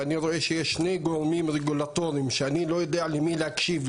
ואני רואה שיש שני גורמים רגולטורים שאני לא יודע למי להקשיב,